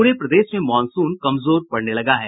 पूरे प्रदेश में मॉनसून कमजोर पड़ने लगा है